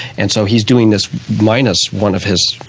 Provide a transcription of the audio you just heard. and so he's doing this minus one of his.